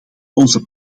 onze